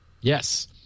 Yes